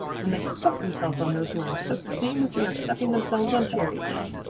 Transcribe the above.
and they stuffed themselves on those worms just the same as they are stuffing themselves on cherries now.